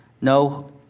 No